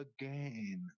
again